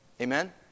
Amen